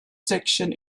section